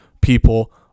people